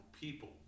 people